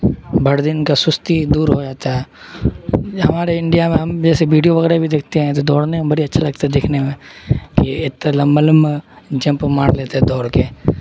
بڑے دن کا سستی دور ہو جاتا ہے ہمارے انڈیا میں ہم جیسے ویڈیو وغیرہ بھی دیکھتے ہیں تو دوڑنے میں بڑی اچھا لگتا ہے دیکھنے میں کہ اتنا لمبا لمبا جمپ مار لیتے دوڑ کے